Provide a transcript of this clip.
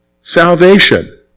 Salvation